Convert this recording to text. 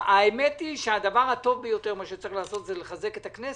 האמת היא שהדבר הטוב ביותר שצריך לעשות זה לחזק את הכנסת,